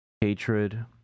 hatred